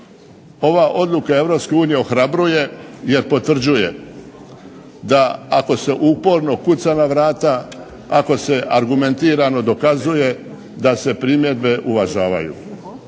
unije ohrabruje jer potvrđuje da ako se uporno kuca na vrata, ako se argumentirano dokazuje da se primjedbe uvažavaju.